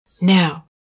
Now